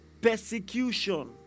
Persecution